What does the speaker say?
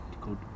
called